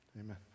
Amen